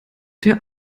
der